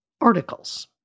articles